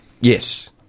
Yes